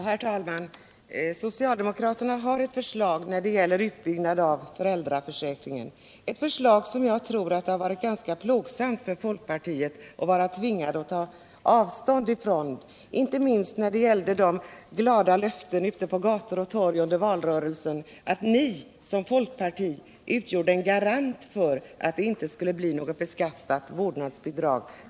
Herr talman! Socialdemokraterna har lagt fram ett förslag när det gäller utbyggnaden av föräldraförsäkringen. Jag tror att det har varit ganska plågsamt för folkpartiet att vara tvingat att ta avstånd från detta förslag, inte minst med tanke på de glada löften som gavs ute på gator och torg under valrörelsen. Folkpartiet utgjorde då, som det sades, en garant för att det inte skulle bli något beskattat vårdnadsbidrag.